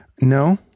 No